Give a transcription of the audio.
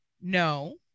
no